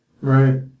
Right